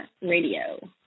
Radio